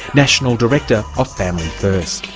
national director of family first.